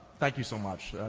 thank you so much.